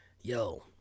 Yo